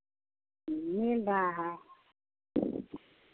मिल रहा है